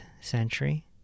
century